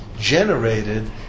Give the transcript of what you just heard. generated